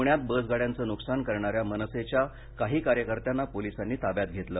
पुण्यात बसगाड्यांचं नुकसान करणाऱ्या मनसेच्या काही कार्यकर्त्यांना पोलिसांनी ताब्यात घेतलं